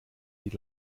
die